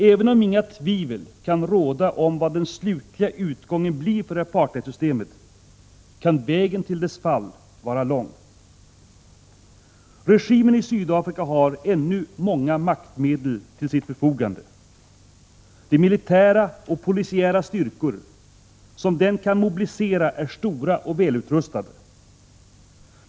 Även om inga tvivel kan råda om vad den slutliga utgången blir för apartheidsystemet, kan vägen till dess fall vara lång. Regimen i Sydafrika har ännu många maktmedel till sitt förfogande. De militära och polisiära styrkor som den kan mobilisera är stora och välutrustade.